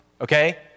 Okay